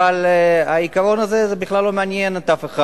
אבל העיקרון הזה בכלל לא מעניין אף אחד.